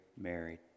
married